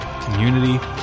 community